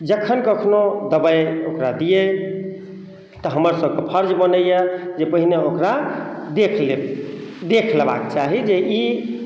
जखन कखनो दबाइ ओकरा दियै तऽ हमर सब कऽ फर्ज बनैया जे पहिने ओकरा देखि लियै देख लेबाक चाही जे ई